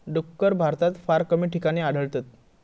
डुक्कर भारतात फार कमी ठिकाणी आढळतत